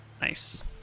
Nice